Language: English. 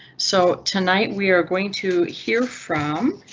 so tonight we're going to hear from.